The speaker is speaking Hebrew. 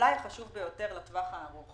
ואולי החשוב ביותר לטווח הארוך